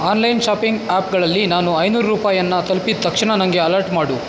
online shopping ಆಪ್ಗಳಲ್ಲಿ ನಾನು ಐನೂರು ರೂಪಾಯಿಯನ್ನ ತಲ್ಪಿದ ತಕ್ಷಣ ನನಗೆ ಅಲರ್ಟ್ ಮಾಡು